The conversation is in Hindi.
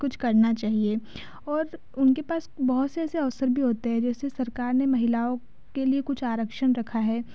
कुछ करना चाहिए और उनके पास बहुत से ऐसे अवसर भी होते हैं जैसे सरकार ने महिलाओं के लिए कुछ आरक्षण रखा है